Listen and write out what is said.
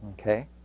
okay